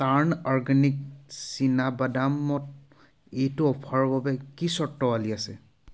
টাৰ্ণ organic চীনাবাদামত এইটো অফাৰৰ বাবে কি চৰ্তাৱলী আছে